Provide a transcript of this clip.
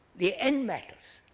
the end matters.